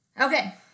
Okay